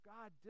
God